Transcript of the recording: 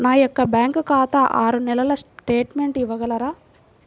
నా యొక్క బ్యాంకు ఖాతా ఆరు నెలల స్టేట్మెంట్ ఇవ్వగలరా?